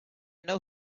know